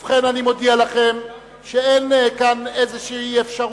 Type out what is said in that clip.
ובכן, אני מודיע לכם שאין כאן איזושהי אפשרות.